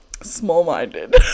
Small-minded